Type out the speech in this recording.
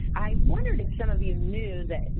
i wondered if some of you knew that,